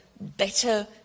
better